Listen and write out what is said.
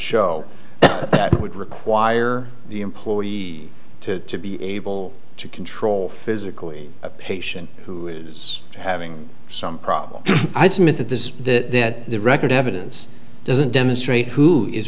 show that would require the employee to be able to control physically a patient who is having some problem i submit that this is that that the record evidence doesn't demonstrate who is